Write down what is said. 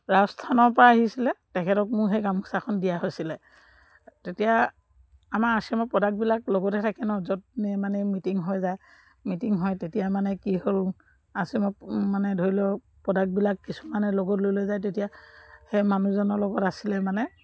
ৰাজস্থানৰপৰা আহিছিলে তেখেতক মোৰ সেই গামোচাখন দিয়া হৈছিলে তেতিয়া আমাৰ আৰ চি এমৰ প্ৰডাক্টবিলাক লগতে থাকে ন য'ত মানে মিটিং হৈ যায় মিটিং হয় তেতিয়া মানে কি হ'ল আৰ চি এমৰ মানে ধৰি লওক প্ৰডাক্টবিলাক কিছুমানে লগত লৈ লৈ যায় তেতিয়া সেই মানুহজনৰ লগত আছিলে মানে